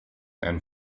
and